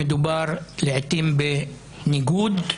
לעיתים מדובר בניגוד.